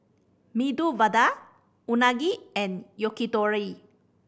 Medu Vada Unagi and Yakitori